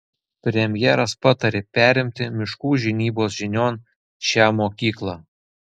premjeras patarė perimti miškų žinybos žinion šią mokyklą